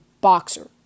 boxer